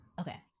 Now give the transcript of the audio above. okay